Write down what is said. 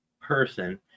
person